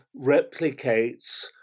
replicates